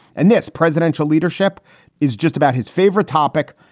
and this presidential leadership is just about his favorite topic.